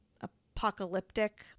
apocalyptic